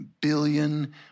billion